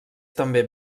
també